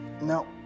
No